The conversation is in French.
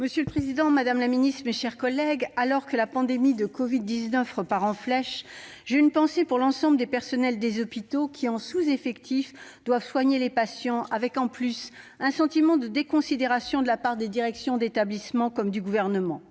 Monsieur le président, madame la ministre, mes chers collègues, alors que la pandémie de covid-19 repart en flèche, j'ai une pensée pour l'ensemble des personnels des hôpitaux qui doivent, en sous-effectifs, et en ressentant une forme de déconsidération de la part des directions d'établissements et du Gouvernement,